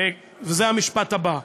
וזה המשפט הבא: